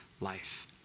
life